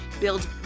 build